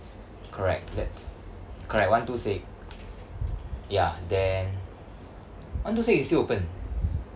correct that's correct one two six ya then one two six is still open